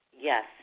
Yes